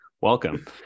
welcome